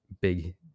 big